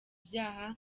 byaha